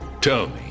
Tony